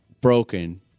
broken